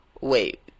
wait